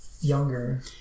younger